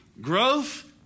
growth